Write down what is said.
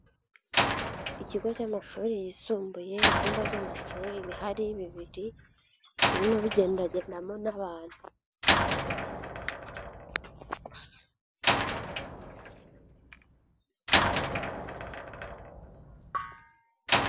Ikigo cy' amashuri yisumbuye, ibyumba by'amashuri bihari bibiri, birimo bigendamo n'abantu.